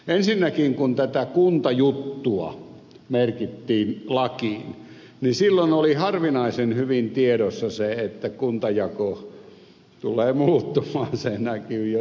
ensinnäkin kun tätä kuntajuttua merkittiin lakiin oli harvinaisen hyvin tiedossa se että kuntajako tulee muuttumaan